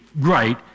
great